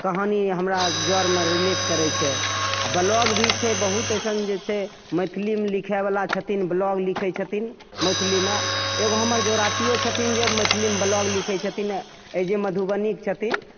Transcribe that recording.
कहानी हमरा जऽरमे रिलेट करै छै आ ब्लोग भी छै बहुत अइसन जे छै मैथिलीमे लिखै बला छथिन ब्लोग लिखै छथिन मैथिलीमे एगो हमर जोरातियो छथिन जे मैथिलीमे ब्लोग लिखै छथिन अइ जे मधुबनी के छथिन